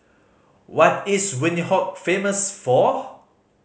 what is Windhoek famous for